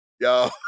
Yo